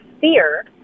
fear